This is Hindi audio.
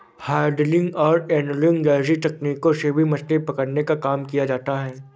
हैंडलिंग और एन्गलिंग जैसी तकनीकों से भी मछली पकड़ने का काम किया जाता है